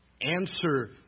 answer